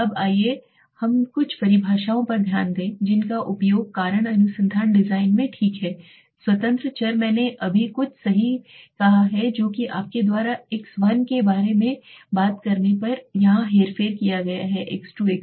अब आइए हम कुछ परिभाषाओं पर ध्यान दें जिनका उपयोग कारण अनुसंधान डिजाइन में ठीक है स्वतंत्र चर मैंने अभी कुछ सही कहा है जो कि आपके द्वारा एक्स 1 के बारे में बात करने पर यहां हेरफेर किया गया है x2 x3